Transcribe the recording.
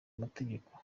mategeko